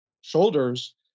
shoulders